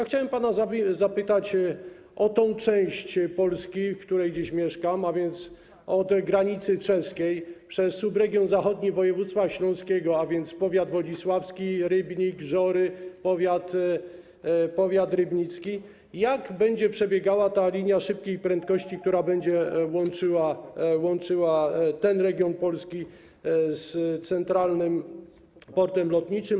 Chciałem pana zapytać o tę część Polski, w której dziś mieszkam, a więc od granicy czeskiej przez subregion zachodni województwa śląskiego, czyli powiat wodzisławski, Rybnik, Żory, powiat rybnicki, jak będzie przebiegała ta linia dużej prędkości, która będzie łączyła ten region Polski z Centralnym Portem Komunikacyjnym.